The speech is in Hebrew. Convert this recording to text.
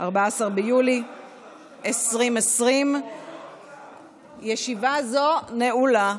14 ביולי 2020. ישיבה זו נעולה.